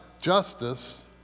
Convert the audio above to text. justice